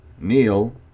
Neil